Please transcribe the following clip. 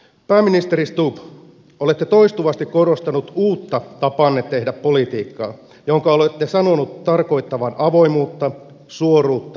pääministeri stubb olette toistuvasti korostanut uutta tapaanne tehdä politiikkaa jonka olette sanonut tarkoittavan avoimuutta suoruutta vilpittömyyttä